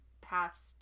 past